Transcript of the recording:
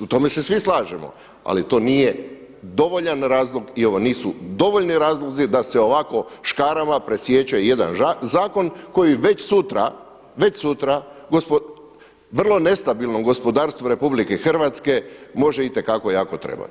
u tome se svi slažemo, ali to nije dovoljan razlog i ovo nisu dovoljni razlozi da se ovako škarama presječe jedan zakon koji već sutra, već sutra vrlo nestabilnom gospodarstvu RH može itekako jako trebati.